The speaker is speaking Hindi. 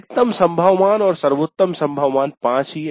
अधिकतम संभव मान और सर्वोत्तम संभव मान 5 ही है